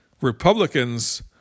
Republicans